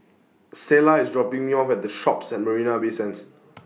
Selah IS dropping Me off At The Shoppes At Marina Bay Sands